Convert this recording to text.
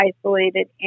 isolated